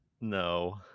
No